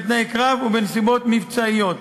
בתנאי קרב ובנסיבות מבצעיות.